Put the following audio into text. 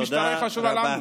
והמשטרה חשובה לנו.